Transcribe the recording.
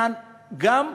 ואחוזי הביטולים הם מאוד מאוד